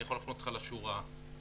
אני יכול להפנות אותך לשורה ולפסקה.